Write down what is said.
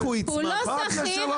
הוא לא שכיר,